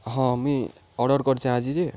ହଁ ମୁଇଁ ଅର୍ଡ଼ର୍ କରିଚେଁ ଆଜି ଯେ